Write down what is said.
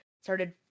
started